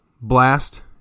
blast